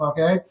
okay